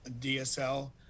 DSL